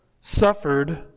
suffered